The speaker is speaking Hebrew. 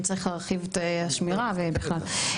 אם צריך להרחיב את השמירה ובכלל.